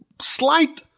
slight